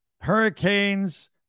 hurricanes